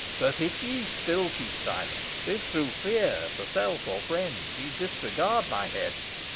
but if ye still keep silence, if through fear for self or friends ye disregard my hest,